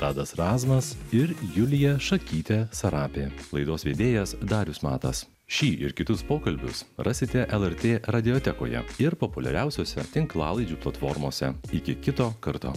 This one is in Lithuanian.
tadas razmas ir julija šakytė sarapė laidos vedėjas darius matas šį ir kitus pokalbius rasite lrt radiotekoje ir populiariausiose tinklalaidžių platformose iki kito karto